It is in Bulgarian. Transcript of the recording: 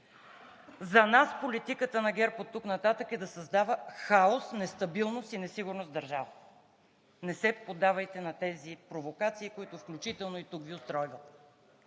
за нас политиката на ГЕРБ оттук нататък е да създава хаос, нестабилност и несигурност в държавата. Не се поддавайте на тези провокации, които и тук включително Ви устройват.